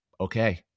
okay